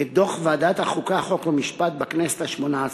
את דוח ועדת החוקה, חוק ומשפט בכנסת השמונה-עשרה,